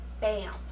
bam